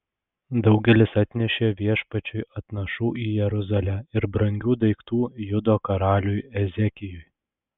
daugelis atnešė viešpačiui atnašų į jeruzalę ir brangių daiktų judo karaliui ezekijui